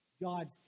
God